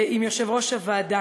עם יושב-ראש הוועדה.